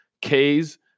K's